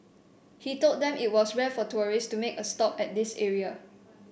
he told them it was rare for tourists to make a stop at this area